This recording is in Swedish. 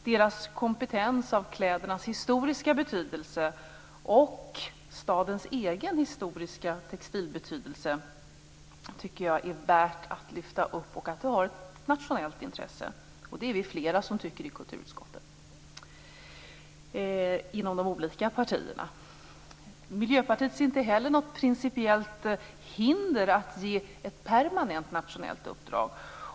Den kompetens man har om klädernas historiska betydelse och stadens egen historiska betydelse vad gäller textil är värd att lyfta fram, och detta är ett nationellt intresse. Det är vi flera inom de olika partierna som tycker i kulturutskottet. Miljöpartiet ser inte heller något principiellt hinder för att ge ett permanent nationellt uppdrag.